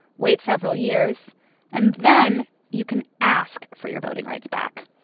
wait several years and then you can ask for your voting rights back.